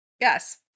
Yes